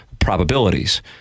probabilities